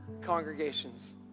congregations